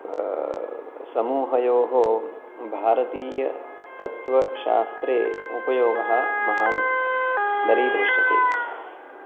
समूहयोः भारतीयतत्त्वशास्त्रे उपयोगः महान् दरीदृश्यते